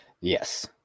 Yes